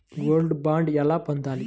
Gold bond ఎలా పొందాలి?